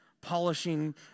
polishing